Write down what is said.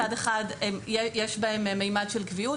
מצד אחד יש בהם מימד של קביעות,